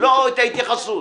ההתייחסות.